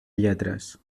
lletres